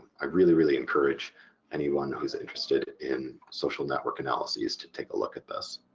ah really really encourage anyone who's interested in social network analyses to take a look at this.